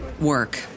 work